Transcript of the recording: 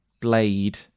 Blade